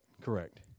correct